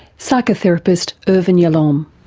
psychotherapist irvin yalom.